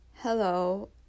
Hello